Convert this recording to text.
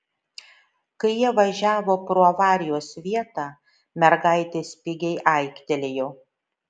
kai jie važiavo pro avarijos vietą mergaitė spigiai aiktelėjo